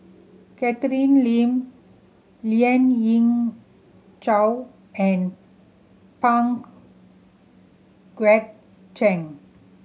Catherine Lim Lien Ying Chow and Pang Guek Cheng